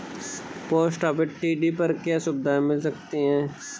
Post office TD पर क्या सुविधाएँ मिल सकती है?